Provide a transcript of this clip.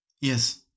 Yes